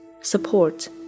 support